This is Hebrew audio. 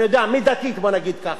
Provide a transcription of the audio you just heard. אני יודע, מידתית, בוא נגיד ככה.